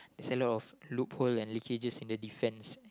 there's a lot of loophole and leakages in the defence